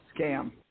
scam